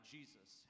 Jesus